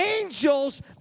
angels